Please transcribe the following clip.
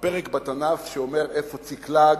הפרק בתנ"ך שאומר איפה צקלג,